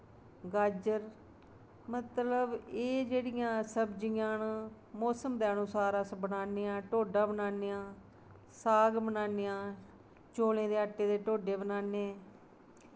गाजर मतलब एह् जेह्ड़ियां सब्जियां न मौसम दे अनुसार अस बनाने आं ढोडा बनाने आं साग बनाने आं चौलें दे आटे दे ढोडे बनाने